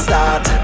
Start